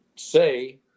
Say